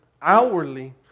outwardly